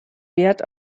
wert